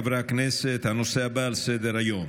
חברי הכנסת, הנושא הבא על סדר-היום: